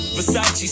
Versace